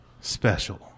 special